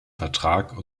vertrag